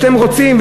שאתם רוצים,